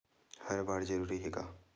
हर बार जरूरी हे का?